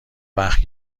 وقت